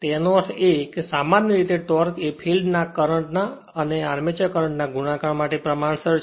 તેનો અર્થ એ કે સામાન્ય રીતે ટોર્ક એ ફિલ્ડ ના કરંટ અને આર્મચર કરંટ ના ગુણાકાર માટે પ્રમાણસર છે